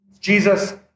Jesus